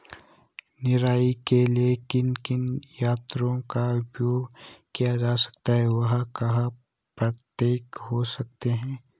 निराई के लिए किन किन यंत्रों का उपयोग किया जाता है वह कहाँ प्राप्त हो सकते हैं?